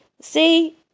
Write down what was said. See